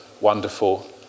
wonderful